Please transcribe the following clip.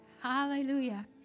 Hallelujah